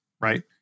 Right